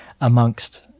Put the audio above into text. amongst